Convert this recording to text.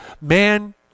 man